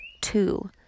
Two